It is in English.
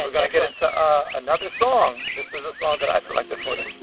we're going to get into ah another song. this is a song that i selected for you